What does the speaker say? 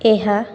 ଏହା